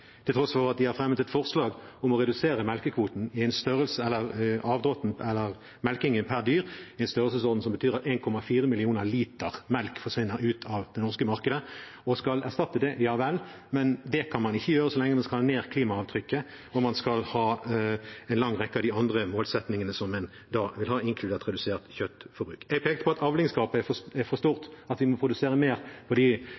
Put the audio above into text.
til tross for at de har fremmet et forslag om å redusere avdråtten, eller melkingen per dyr, i en størrelsesorden som betyr at 1,4 millioner liter melk forsvinner ut av det norske markedet – og skal erstatte det. Ja vel, men det kan man ikke gjøre så lenge man skal ha ned klimaavtrykket, og når man skal ha en lang rekke av de andre målsettingene som en da vil ha, inkludert redusert kjøttforbruk. Jeg pekte på at avlingsgapet er for stort, at vi må produsere mer på de